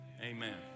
amen